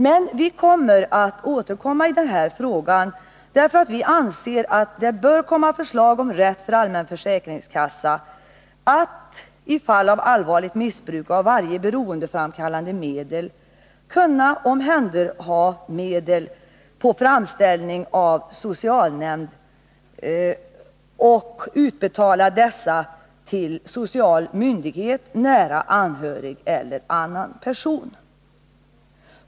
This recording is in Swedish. Men vi återkommer i denna fråga därför att vi anser att det bör komma förslag om rätt för allmän försäkringskassa att, i fall av allvarligt missbruk av varje beroendeframkallande medel, kunna omhänderha medel på framställning av socialnämnd att utbetala dessa till social myndighet, nära anhörig eller annan person.